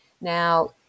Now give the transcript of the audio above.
Now